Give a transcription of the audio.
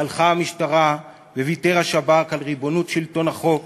סלחה המשטרה וויתר השב"כ על ריבונות שלטון החוק.